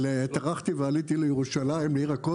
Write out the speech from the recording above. אבל טרחתי ועליתי לירושלים לעיר הקודש,